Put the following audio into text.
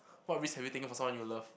what risk have you taken for someone you love